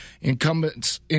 Incumbent's